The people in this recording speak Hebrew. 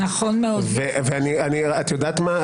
ויודעת מה?